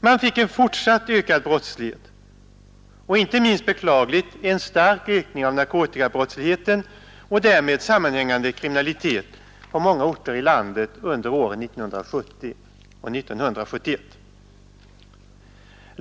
Man fick en fortsatt ökning av brottsligheten och, inte minst beklagligt, en stark ökning av narkotikabrottsligheten och därmed sammahängande kriminalitet på många orter i landet under åren 1970 och 1971.